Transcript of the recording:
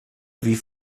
wie